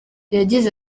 yagize